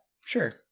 sure